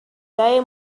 cae